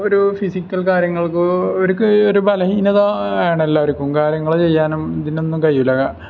ഒരു ഫിസിക്കൽ കാര്യങ്ങൾക്ക് അവർക്ക് ഒരു ബലഹീനത ആണെല്ലാവർക്കും കാര്യങ്ങൾ ചെയ്യാനും ഇതിനൊന്നും കഴിയില്ല